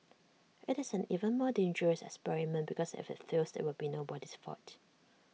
IT is an even more dangerous experiment because if IT fails IT will be nobody's fault